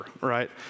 right